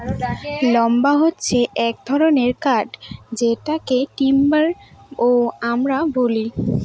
lumber হছে এক ধরনের কাঠ যেটাকে টিম্বার ও আমরা বলি